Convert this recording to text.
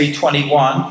21